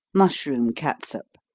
mushroom catsup.